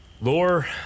Lore